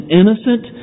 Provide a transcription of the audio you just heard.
innocent